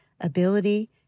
ability